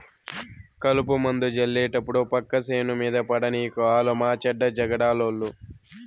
కలుపుమందు జళ్లేటప్పుడు పక్క సేను మీద పడనీకు ఆలు మాచెడ్డ జగడాలోళ్ళు